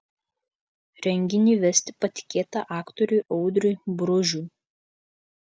renginį vesti patikėta aktoriui audriui bružui